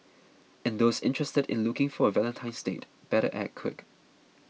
and those interested in looking for a Valentine's date better act quick